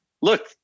look